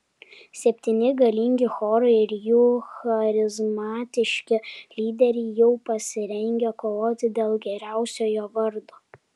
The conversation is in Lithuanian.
septyni galingi chorai ir jų charizmatiški lyderiai jau pasirengę kovoti dėl geriausiojo vardo